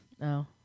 No